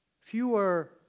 fewer